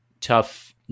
tough